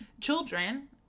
children